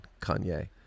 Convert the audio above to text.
kanye